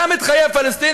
גם את חיי הפלסטינים.